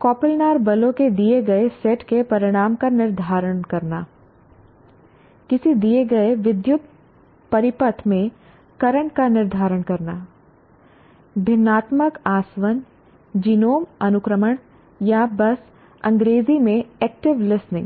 coplanar बलों के दिए गए सेट के परिणाम का निर्धारण करना किसी दिए गए विद्युत परिपथ में करंट का निर्धारण करना भिन्नात्मक आसवन जीनोम अनुक्रमण या बस अंग्रेजी में एक्टिव लिसनिंग